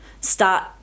start